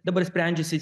dabar sprendžiasi